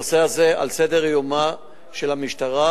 הנושא הזה הוא על סדר-יומה של המשטרה,